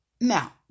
Now